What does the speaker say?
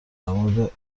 درمورد